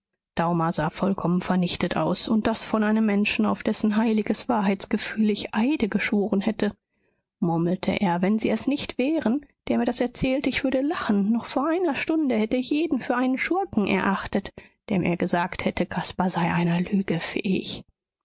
daumer sah vollkommen vernichtet aus und das von einem menschen auf dessen heiliges wahrheitsgefühl ich eide geschworen hätte murmelte er wenn sie es nicht wären der mir das erzählt ich würde lachen noch vor einer stunde hätte ich jeden für einen schurken erachtet der mir gesagt hätte caspar sei einer lüge fähig